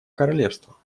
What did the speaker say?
королевства